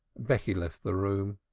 becky left the room.